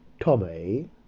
Tommy